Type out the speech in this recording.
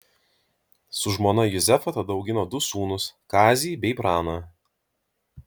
su žmona juzefa tada augino du sūnus kazį bei praną